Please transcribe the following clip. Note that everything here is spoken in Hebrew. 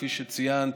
כפי שציינת,